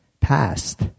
past